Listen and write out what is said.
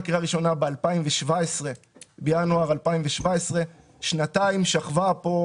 קריאה ראשונה בינואר 2017. קרוב לשנתיים פה.